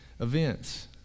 events